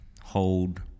hold